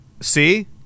see